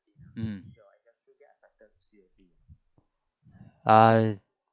mm ah